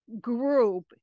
group